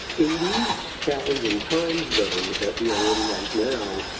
in these challenging times, though, that we are in right now,